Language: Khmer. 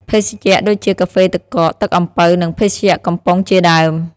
ភេសជ្ជៈដូចជា កាហ្វេទឹកកក ទឹកអំពៅ និងភេសជ្ជៈកំប៉ុងជាដើម។។